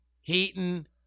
Heaton